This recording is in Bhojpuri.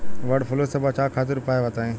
वड फ्लू से बचाव खातिर उपाय बताई?